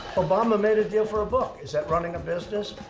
obama made a deal for a book. is that running a business?